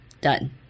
done